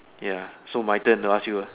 ya so my turn to ask you ah